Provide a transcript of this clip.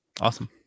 Awesome